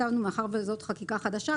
מאחר שזאת חקיקה חדשה,